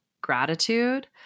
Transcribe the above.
gratitude